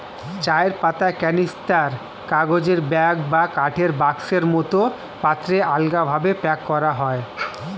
চায়ের পাতা ক্যানিস্টার, কাগজের ব্যাগ বা কাঠের বাক্সের মতো পাত্রে আলগাভাবে প্যাক করা হয়